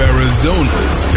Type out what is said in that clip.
Arizona's